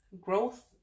growth